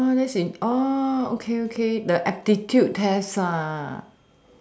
uh that's in~ okay okay the aptitude test ah